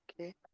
okay